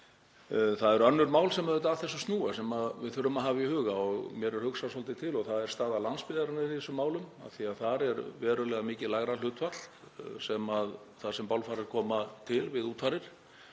Það eru önnur mál sem að þessu snúa sem við þurfum að hafa í huga og mér er hugsað svolítið til og það er staða landsbyggðarinnar í þessum málum. Þar er verulega mikið lægra hlutfall þar sem bálfarir koma til við útfarir.